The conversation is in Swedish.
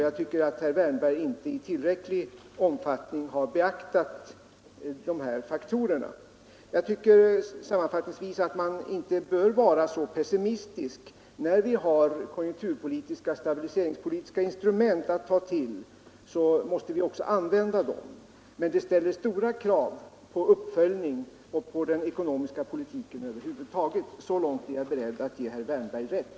Jag tycker att herr Wärnberg inte i tillräcklig omfattning har beaktat dessa faktorer. Sammanfattningsvis menar jag att man inte bör vara så pessimistisk. När vi har konjunkturpolitiska och stabiliseringspolitiska instrument att ta till måste vi också använda dem, men det ställer stora krav på uppföljning och på den ekonomiska politiken över huvud taget. Så långt är jag beredd att ge herr Wärnberg rätt.